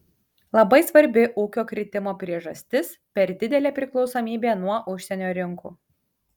labai svarbi ūkio kritimo priežastis per didelė priklausomybė nuo užsienio rinkų